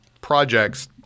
projects –